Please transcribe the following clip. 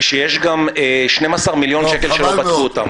שיש גם 12 מיליון שקל שלא פתחו אותם.